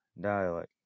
dialect